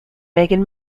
meghan